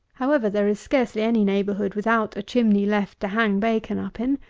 however, there is scarcely any neighbourhood without a chimney left to hang bacon up in.